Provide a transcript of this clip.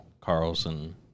Carlson